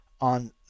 on